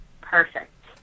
perfect